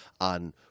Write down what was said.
on